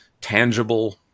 tangible